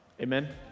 Amen